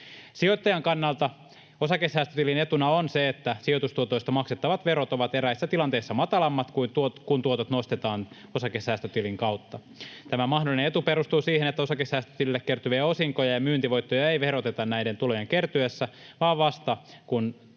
Sijoittajan kannalta osakesäästötilin etuna on se, että sijoitustuotoista maksettavat verot ovat eräissä tilanteissa matalammat, kun tuotot nostetaan osakesäästötilin kautta. Tämä mahdollinen etu perustuu siihen, että osakesäästötilille kertyviä osinkoja ja myyntivoittoja ei veroteta näiden tulojen kertyessä vaan vasta, kun tulot nostetaan osakesäästötililtä.